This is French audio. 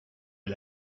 est